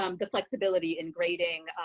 um the flexibility in grading,